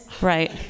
Right